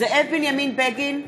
זאב בנימין בגין,